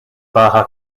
baja